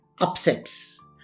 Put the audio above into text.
upsets